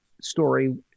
story